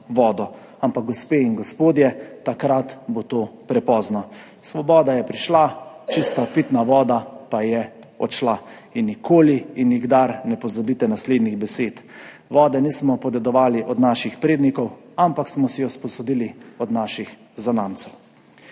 vodo. Ampak, gospe in gospodje, takrat bo to prepozno. Svoboda je prišla, čista pitna voda pa je odšla. In nikoli in nikdar ne pozabite naslednjih besed – vode nismo podedovali od naših prednikov, ampak smo si jo sposodili od naših zanamcev.